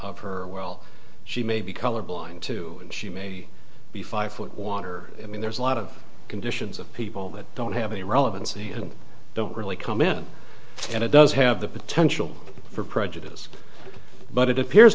of her well she may be colorblind too she may be five foot water i mean there's a lot of conditions of people that don't have any relevancy and don't really come in and it does have the potential for prejudice but it appears